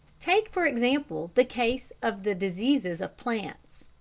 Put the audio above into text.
take, for example, the case of the diseases of plants.